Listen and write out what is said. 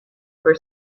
for